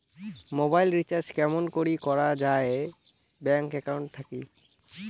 Mobile recharge কেমন করি করা যায় ব্যাংক একাউন্ট থাকি?